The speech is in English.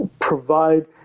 provide